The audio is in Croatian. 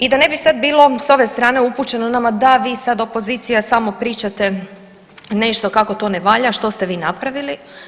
I da ne bi sad bilo sa ove strane upućeno nama da vi sad opozicija samo pričate nešto kako to ne valja, što ste vi napravili.